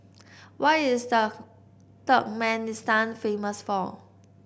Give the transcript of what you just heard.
what is the Turkmenistan famous for